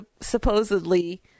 supposedly